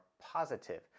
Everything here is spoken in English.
positive